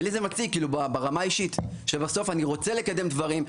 ולי זה מציק ברמה האישית כי בסוף אני רוצה לקדם דברים.